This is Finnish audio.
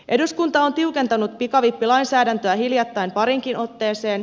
eduskunta on tiukentanut pikavippilainsäädäntöä hiljattain pariinkiin otteeseen